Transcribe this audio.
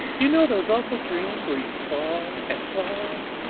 you know those awful dreams where you fall and fall?